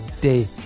Day